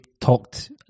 talked